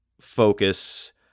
focus